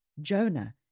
Jonah